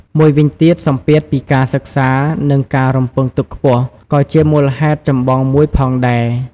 មួយវិញទៀតសម្ពាធពីការសិក្សា និងការរំពឹងទុកខ្ពស់ ក៏ជាមូលហេតុចម្បងមួយផងដែរ។